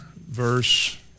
verse